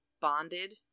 bonded